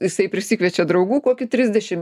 jisai prisikviečia draugų kokį trisdešim